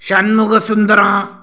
Shanmugasundaram